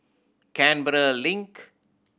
Canberra Link